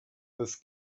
with